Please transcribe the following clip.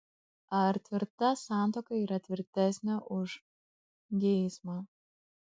ar tvirta santuoka yra tvirtesnė už geismą